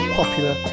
popular